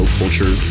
culture